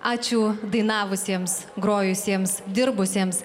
ačiū dainavusiems grojusiems dirbusiems